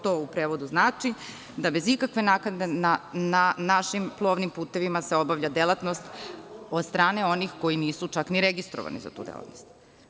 To u prevodu znači da bez ikakve naknade na našim plovnim putevima se obavlja delatnost od strane onih koji nisu čak ni registrovani za tu delatnost.